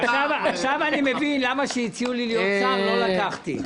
עכשיו אני מבין למה כשהציעו לי להיות שר לא לקחתי.